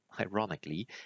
ironically